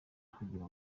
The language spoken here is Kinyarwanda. kugira